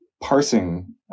parsing